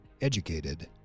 educated